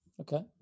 Okay